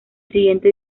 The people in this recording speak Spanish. siguiente